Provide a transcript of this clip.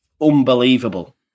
unbelievable